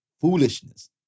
foolishness